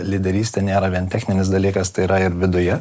lyderystė nėra vien techninis dalykas tai yra ir viduje